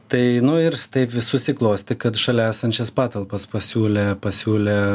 tai nu ir taip vis susiklostė kad šalia esančias patalpas pasiūlė pasiūlė